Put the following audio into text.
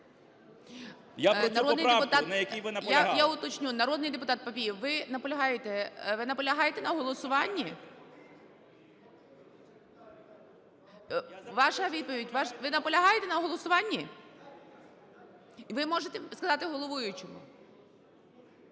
Я про цю поправку, на якій ви наполягали.